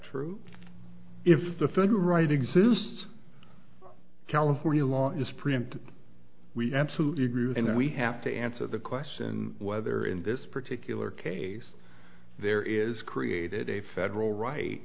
true if the federal right exists california law is present we absolutely agree and then we have to answer the question whether in this particular case there is created a federal right